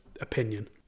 opinion